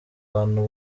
hantu